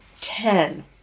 Ten